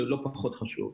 שזה לא פחות חשוב.